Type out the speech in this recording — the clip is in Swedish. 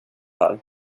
här